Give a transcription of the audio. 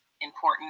important